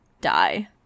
die